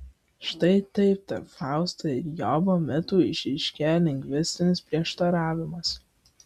štai taip tarp fausto ir jobo mitų išryškėja lingvistinis prieštaravimas